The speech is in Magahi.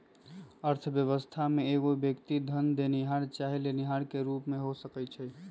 अर्थव्यवस्था में एगो व्यक्ति धन देनिहार चाहे लेनिहार के रूप में हो सकइ छइ